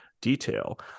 detail